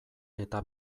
eta